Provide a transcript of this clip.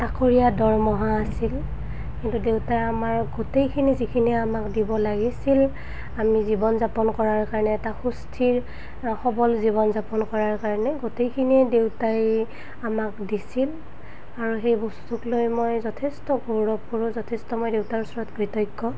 তাকৰীয়া দৰমহা আছিল কিন্তু দেউতাই আমাৰ গোটেইখিনি যিখিনি আমাক দিব লাগিছিল আমি জীৱন যাপন কৰাৰ কাৰণে এটা সুস্থিৰ সবল জীৱন যাপন কৰাৰ কাৰণে গোটেইখিনি দেউতাই আমাক দিছিল আৰু সেই বস্তুক লৈ মই যথেষ্ট গৌৰৱ কৰোঁ যথেষ্ট মই দেউতাৰ ওচৰত কৃতজ্ঞ